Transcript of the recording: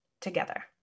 together